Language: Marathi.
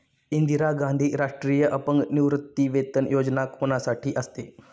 इंदिरा गांधी राष्ट्रीय अपंग निवृत्तीवेतन योजना कोणासाठी असते?